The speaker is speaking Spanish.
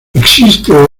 existe